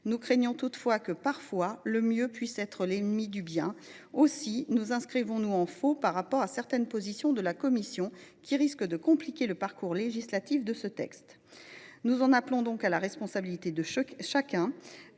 Nous craignons toutefois que le mieux puisse être l’ennemi du bien. Aussi nous inscrivons nous en faux par rapport à certaines positions de la commission, qui risquent de compliquer le parcours législatif du texte. Nous en appelons à la responsabilité de chacun,